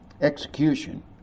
Execution